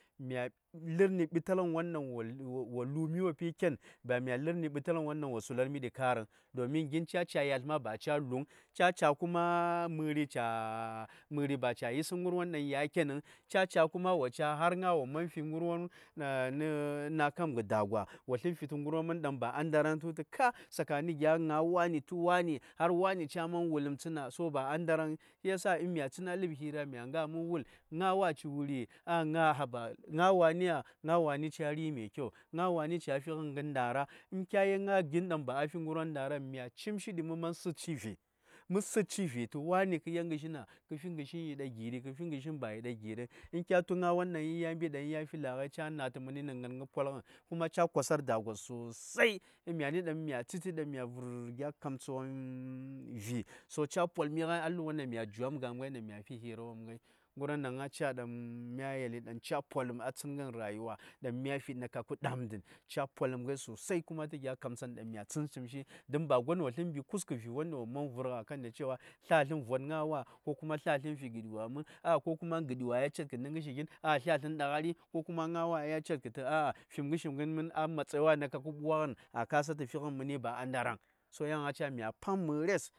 Mya lərni bital gən won daŋ wo lərmi wopi ken. Ba mya lər ni bital gən won daŋ wo sular mi kar vəŋ domin gin ca, ca yatl ma ba ca lu kyadən ca, ca kuma mə:ri ba ta yisən. ŋəryo daŋ a yi kenəŋ. ca, ca kuma har ŋa woman fi ŋərwon nə nak am gv dagwa woltlən fitə ŋər won mən daŋ ba, a ndaraŋ. Mya tu mə wa:t kwul ŋayo ɠon myani minə kwal ma fi karatu ishidi ma kwani ɠi nv ŋən ŋə nasares ama ba ma tu gən daŋ ma dya mə fi la:ŋə nasaresəŋ shi ya daŋ mə paŋ mə yel gya dawom daŋ tə taya gi: ŋan kin myani ma mə mbi butules mə yel kaman rigənes yi ndara kuma mya yel ŋən lu:agən wos a ken wom shiya mya ɓital a kan cewa məri daŋ mya ɓwashi nə dolw mə gitshi datəm gin yauci namboŋən, kə nasaras bay an ma ga gam ŋaiyin, cha kwaŋən ɗi a ləb nasares kuma mya gitlcən wasəŋ tafəm kin gi:gənm gwa:r ŋən wom yan tu choŋ tə vərmi von yandiyo daŋ ca vərmi mən kin giŋən daŋ mya gi: baŋərwon daŋ ma fi la:r nasara ma ca yel gən ɓasmi, ŋən da ca karami, mya fishi gya nyagnal mya cin mən won tu duk gna won daŋ kya ku:b tə a kin giŋən ba wo tlə a ləbwon daŋ ba a ndaraŋ. Yan ca gi:kin ba ŋərwon daŋ wo dake tə a fiŋən ŋən daŋ ya ken wos duk ŋərwon yan dosatə mya fuŋətu wo gamat, rah wos namboŋ.